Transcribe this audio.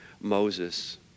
Moses